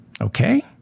Okay